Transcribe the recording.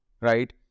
right